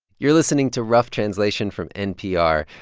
you're listening to rough translation from npr.